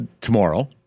tomorrow